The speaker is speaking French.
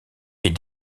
est